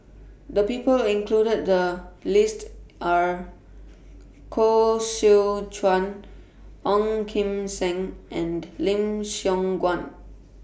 The People included The list Are Koh Seow Chuan Ong Kim Seng and Lim Siong Guan